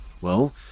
Well